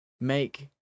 make